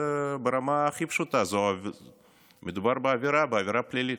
ברמה הכי פשוטה מדובר בעבירה, בעבירה פלילית.